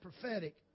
prophetic